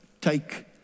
take